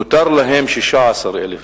נותרו להם 16,000 דונם.